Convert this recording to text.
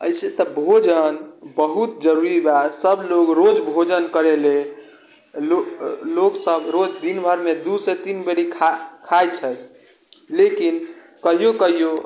एना तऽ भोजन बहुत जरूरी बा सब लोग रोज भोजन करए ले लोग लोग सब रोज दिन भरमे दू से तीन बेरी खा खाइत छथि लेकिन कहिओ कहिओ